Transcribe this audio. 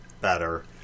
better